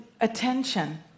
attention